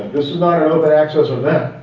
this is not an open access event,